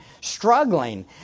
struggling